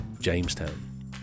Jamestown